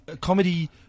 comedy